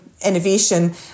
innovation